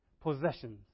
possessions